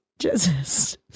Jesus